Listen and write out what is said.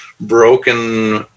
broken